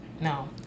No